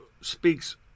speaks